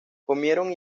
comieron